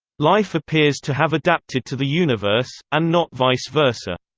life appears to have adapted to the universe, and not vice versa.